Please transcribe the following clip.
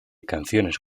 canciones